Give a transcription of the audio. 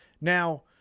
Now